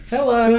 Hello